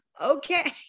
Okay